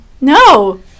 No